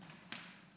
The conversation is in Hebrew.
נוספת.